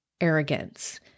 arrogance